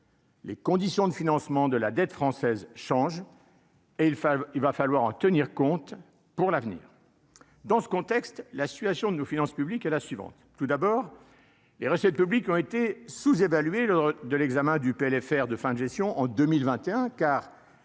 Les conditions de financement de la dette française change et il va, il va falloir en tenir compte pour l'avenir, dans ce contexte, la situation de nos finances publiques est la suivante : tout d'abord les recettes publiques ont été sous-évalués lors de l'examen du PLFR de fin de gestion en 2021 car,